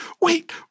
Wait